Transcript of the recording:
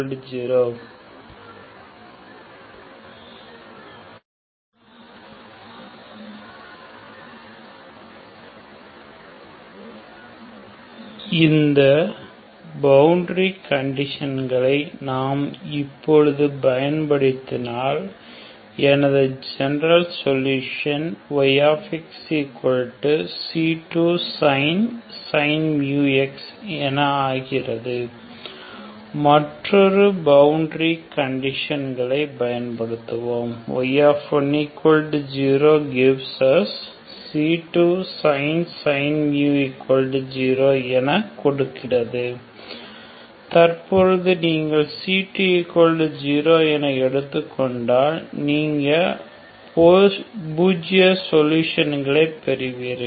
c10 இந்த boundary கண்டிஷனர்களை நாம் இப்போது பயன்படுத்தினால் எனது ஜெனரல் சொல்யூஷன் yxc2sin μx என ஆகிறது மற்றொரு பவுண்டரி கண்டிஷன்கள் பயன்படுத்துவோம் y10 gives us c2sin 0 என நமக்கு கொடுக்கிறது தற்பொழுது நீங்கள் c20 என எடுத்துக்கொண்டால் நீங்கள் பூஜிய சொல்யூஷன்களை பெறுவீர்கள்